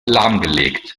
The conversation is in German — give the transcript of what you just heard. lahmgelegt